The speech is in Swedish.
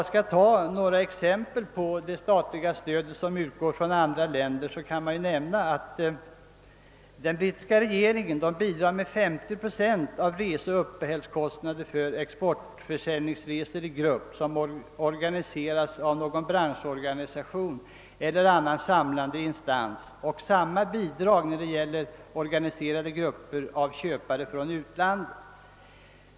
Som exempel på det statliga stöd som utgår i andra länder kan jag nämna att den brittiska regeringen bidrar med 50 procent av kostnaderna för resor och uppehälle vid exportförsäljningsresor i grupp som «organiseras av någon branschorganisation eller annan samlande instans. Samma bidrag utgår när det gäller organiserade grupper av köpare från utlandet.